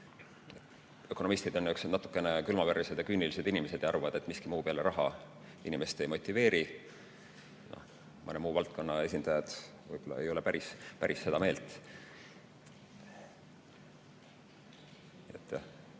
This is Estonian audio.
ökonomistid on natukene külmaverelised ja küünilised inimesed, kes arvavad, et miski muu peale raha inimest ei motiveeri. Mõne muu valdkonna esindajad võib-olla ei ole päris seda meelt. Ühtlasem